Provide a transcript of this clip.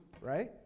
Right